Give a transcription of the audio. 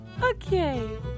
Okay